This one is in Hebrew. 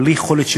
בלי יכולת,